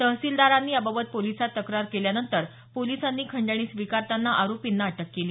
तहसिलदारांनी याबाबत पोलिसात तक्रार केल्यानंतर पोलिसांनी खंडणी स्वीकारताना आरोपींना अटक केली